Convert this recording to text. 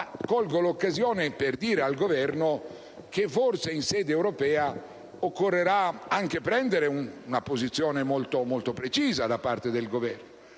Colgo l'occasione per dire al Governo che forse, in sede europea, occorrerà anche prendere una posizione molto precisa. Ora, non voglio